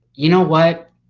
you know what,